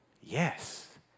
Yes